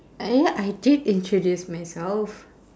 ya I did introduce myself